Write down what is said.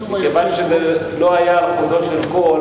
כתוב "היושב-ראש" מכיוון שזה לא היה על חודו של קול,